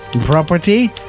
property